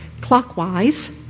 clockwise